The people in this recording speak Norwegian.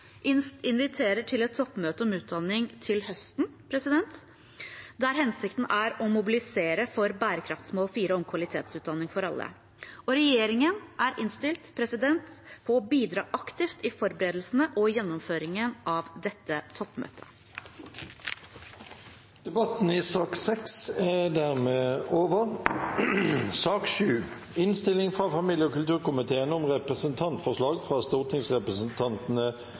inviterer til et toppmøte om utdanning til høsten, der hensikten er å mobilisere for bærekraftsmål 4, om kvalitetsutdanning for alle. Regjeringen er innstilt på å bidra aktivt i forberedelsene og gjennomføringen av dette toppmøtet. Interpellasjonsdebatten er dermed over. Etter ønske fra familie- og kulturkomiteen